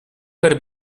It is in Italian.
per